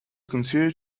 considered